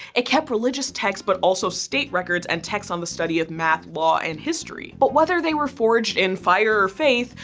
it kept religious texts but also state records and texts on the study of math, law, and history. but whether they were forged in fire or faith,